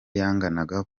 yanganaga